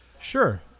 Sure